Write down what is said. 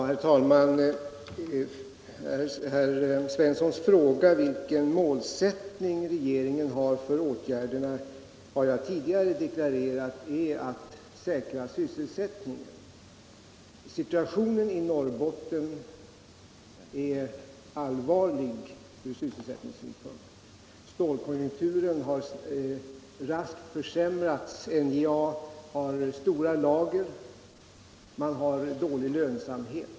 Herr talman! Svaret på herr Svenssons fråga om vilken målsättning regeringen har för åtgärderna har jag tidigare gett: Det är att säkra sysselsättningen. Situationen i Norrbotten är allvarlig från sysselsättningssynpunkt. Stålkonjunkturen har raskt försämrats, NJA har stora lager och dålig lönsamhet.